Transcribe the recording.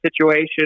situation